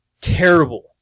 terrible